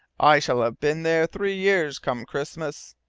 i shall have been there three years, come christmas.